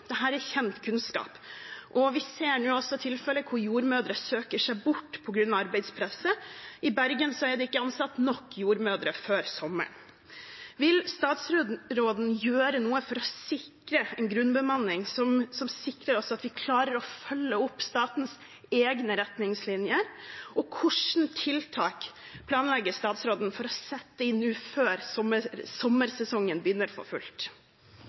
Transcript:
er kjent kunnskap. Vi ser nå også tilfeller hvor jordmødre søker seg bort på grunn av arbeidspresset. I Bergen er det ikke ansatt nok jordmødre før sommeren. Vil statsråden gjøre noe for å sikre en grunnbemanning som sikrer at vi klarer å følge opp statens egne retningslinjer? Og hvilke tiltak planlegger statsråden å sette inn nå før sommersesongen begynner for fullt?